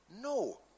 No